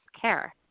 care